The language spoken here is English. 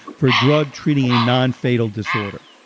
for a drug treating a non-fatal disorder.